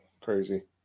crazy